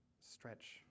stretch